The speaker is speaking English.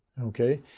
okay.